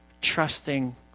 trusting